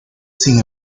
sin